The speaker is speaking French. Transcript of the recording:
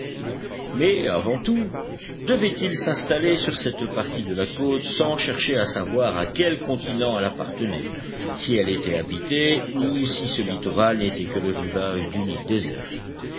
mais avant tout devaient-ils s'installer sur cette partie de la côte sans chercher à savoir à quel continent elle appartenait si elle était habitée ou si ce littoral n'était que le rivage d'une île déserte